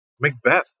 Macbeth